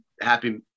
happy